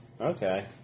Okay